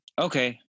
Okay